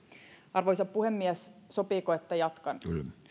arvoisa puhemies sopiiko että jatkan